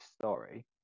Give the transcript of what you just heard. story